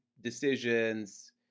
decisions